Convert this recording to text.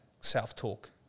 self-talk